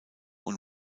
und